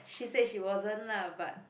she said she wasn't lah but